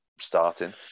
starting